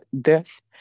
death